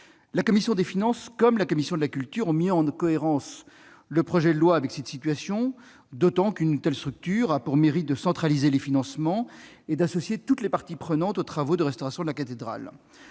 La commission des finances comme la commission de la culture ont mis en cohérence le projet de loi avec cette situation, d'autant qu'une telle structure aurait pour mérite de centraliser les financements et d'associer toutes les parties prenantes aux travaux de restauration de la cathédrale.